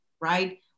right